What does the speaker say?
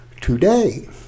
today